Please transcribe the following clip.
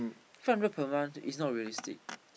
five hundred per month is not realistic